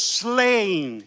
slain